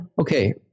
Okay